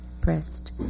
pressed